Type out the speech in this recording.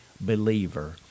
believer